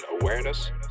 awareness